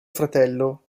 fratello